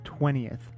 20th